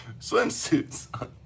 swimsuits